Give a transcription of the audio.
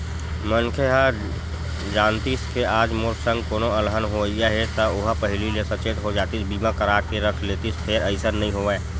मनखे ह जानतिस के आज मोर संग कोनो अलहन होवइया हे ता ओहा पहिली ले सचेत हो जातिस बीमा करा के रख लेतिस फेर अइसन नइ होवय